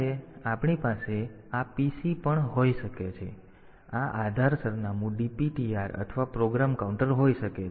તેથી આપણી પાસે આ PC પણ હોઈ શકે છે આ આધાર સરનામું DPTR અથવા પ્રોગ્રામ કાઉન્ટર હોઈ શકે છે